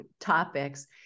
topics